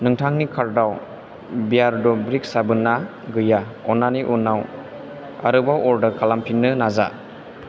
नोंथांनि कार्टआव बियार्ड' ब्रिक साबोनआ गैया अन्नानै उनाव आरोबाव अर्डार खालामफिन्नो नाजा